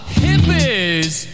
hippies